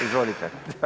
Izvolite.